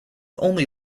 only